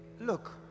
look